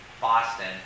Boston